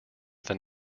than